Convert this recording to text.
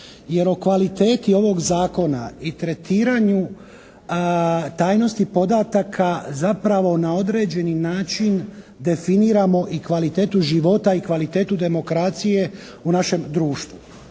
Jer o kvaliteti ovog zakona i tretiranju tajnosti podataka zapravo na određeni način definiramo i kvalitetu života i kvalitetu demokracije u našem društvu.